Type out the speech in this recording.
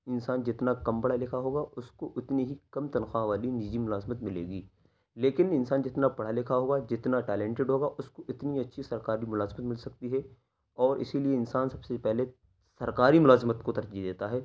انسان جتنا کم پڑھا لکھا ہوگا اس کو اتنی ہی کم تنخواہ والی نجی ملازمت ملے گی لیکن انسان جتنا پڑھا لکھا ہوگا جتنا ٹیلنٹیڈ ہوگا اس اتنی اچھی سرکاری ملازمت مل سکتی ہے اور اسی لیے انسان سب سے پہلے سرکاری ملازمت کو ترجیح دیتا ہے